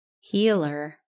healer